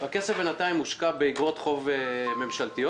הכסף בינתיים מושקע באגרות חוב ממשלתיות.